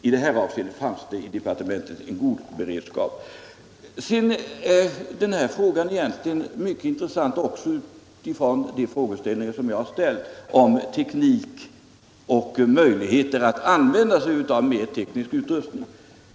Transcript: I det här avseendet fanns det en god beredskap i departementet. Den här frågan är egentligen också mycket intressant utifrån mina frågeställningar om teknik och möjligheter att använda sig av mer teknisk utrustning.